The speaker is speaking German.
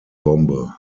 bombe